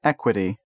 Equity